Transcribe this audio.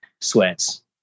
sweats